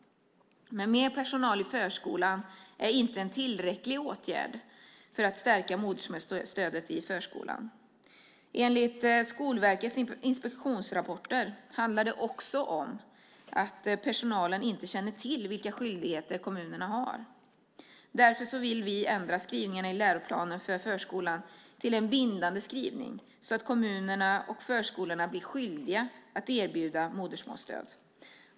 Men mer personal i förskolan är inte en tillräcklig åtgärd för att stärka modersmålsstödet i förskolan. Enligt Skolverkets inspektionsrapporter handlar det också om att personalen inte känner till vilka skyldigheter kommunerna har. Därför vill vi ändra skrivningarna i läroplanen för förskolan till en bindande skrivning så att kommunerna och förskolorna blir skyldiga att erbjuda modersmålsstöd.